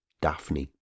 Daphne